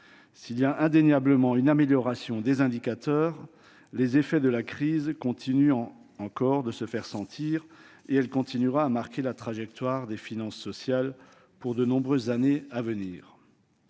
s'il y a indéniablement une amélioration des indicateurs, les effets de la crise se font encore sentir, et elle continuera à marquer la trajectoire des finances sociales pour de nombreuses années à venir.